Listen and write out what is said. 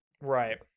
right